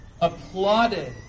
applauded